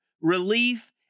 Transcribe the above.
relief